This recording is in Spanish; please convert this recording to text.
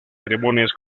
ceremonias